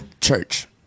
Church